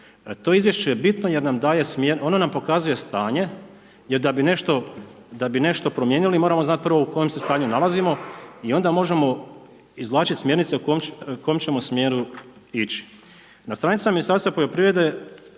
je izvješće bitno jer ono nam pokazuje stanje, jer da bi nešto promijenili, moramo znati u kojem se stanju nalazimo i onda možemo izvlačiti smjernice u kojem ćemo smjeru ići. Na stranicama Ministarstva poljoprivrede,